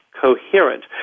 coherent